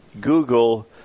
Google